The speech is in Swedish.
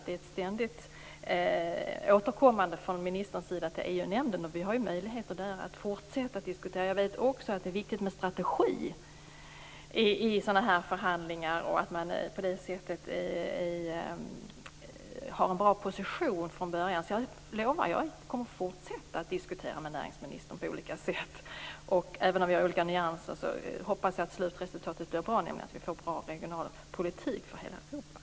Det är ett ständigt återkommande från ministerns sida till EU-nämnden. Vi har möjligheter att fortsätta att diskutera där. Jag vet också att det är viktigt med strategi i sådana här förhandlingar och att man har en bra position från början. Jag lovar att jag kommer att fortsätta att diskutera med näringsministern på olika sätt. Även om vi har olika nyanser hoppas jag att slutresultatet blir bra, nämligen att vi får bra regionalpolitik för hela Europa.